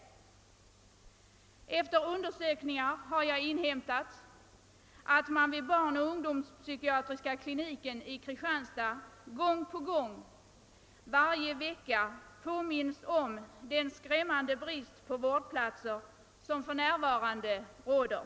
Genom undersökningar har jag inhämtat att man vid barnoch ungdomspsykiatriska kliniken i Kristianstad gång på gång, varje vecka, påminns om den skrämmande brist på vårdplatser som för närvarande råder.